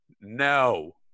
no